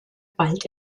bald